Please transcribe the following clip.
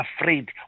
afraid